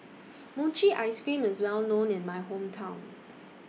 Mochi Ice Cream IS Well known in My Hometown